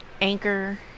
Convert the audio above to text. Anchor